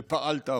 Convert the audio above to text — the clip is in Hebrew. ופעלת הפוך.